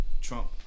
Trump